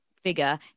figure